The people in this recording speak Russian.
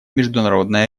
международной